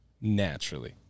Naturally